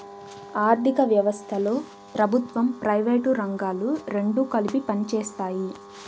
ఆర్ధిక వ్యవస్థలో ప్రభుత్వం ప్రైవేటు రంగాలు రెండు కలిపి పనిచేస్తాయి